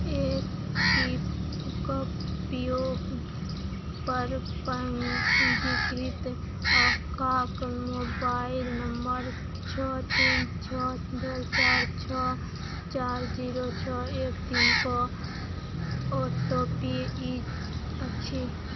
पर पञ्जीकृत अङ्कक mobile number छओ तीन छओ डबल चारि छओ चारि जीरो छओ एक तीन कऽ टी पी ई अछि